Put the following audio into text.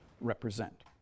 represent